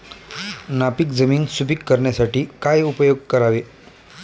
नापीक जमीन सुपीक करण्यासाठी काय उपयोग करावे?